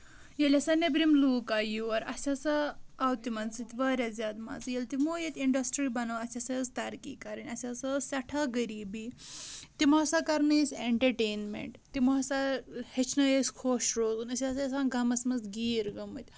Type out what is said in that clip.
ییٚلہِ ہسا نیبرِم لوٗک آے یور اَسہِ ہسا آو تِمن سۭتۍ واریاہ زیادٕ مَزٕ ییٚلہِ تِمو ییٚتہِ اِنٛڈسٹری بِنٲو اَسہِ ہسا ہیٚژ ترقی کَرٕنۍ اَسہِ ہسا ٲس سٮ۪ٹھاہ غریٖبی تِمو ہسا کَرنٲے أسۍ اینٹرٹینمنٹ تِم ہسا ہٮ۪چھنٲے أسۍ خۄش روزُن أسۍ ہسا ٲسۍ آسان غَمس منٛز غیٖر گٔمٕتۍ